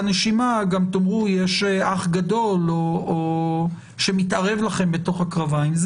נשימה גם תאמרו שיש אח גדול שמתערב לכם בתוך הקרביים.